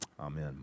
Amen